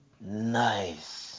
Nice